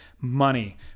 money